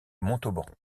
montauban